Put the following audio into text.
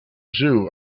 zoo